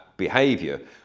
behavior